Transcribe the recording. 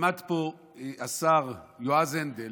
עמד פה השר יועז הנדל